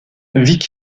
vic